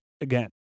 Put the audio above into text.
again